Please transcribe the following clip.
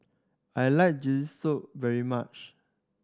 I like soup very much